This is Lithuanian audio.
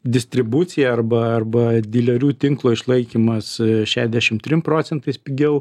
distribucija arba arba dilerių tinklo išlaikymas šedešim trim procentais pigiau